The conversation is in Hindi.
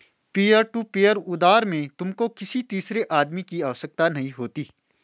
पीयर टू पीयर उधार में तुमको किसी तीसरे आदमी की आवश्यकता नहीं होती